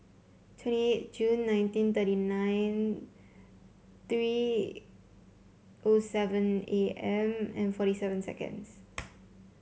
twenty eight Jun nineteen thirty nine three O seven A M and forty seven seconds